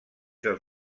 dels